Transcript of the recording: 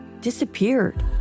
disappeared